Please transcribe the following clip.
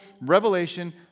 revelation